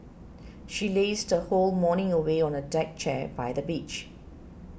she lazed her whole morning away on a deck chair by the beach